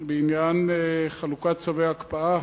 בעניין חלוקת צווי ההקפאה